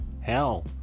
Hell